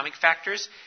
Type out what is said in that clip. factors